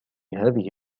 هذه